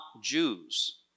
Jews